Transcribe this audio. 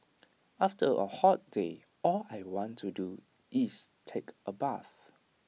after A hot day all I want to do is take A bath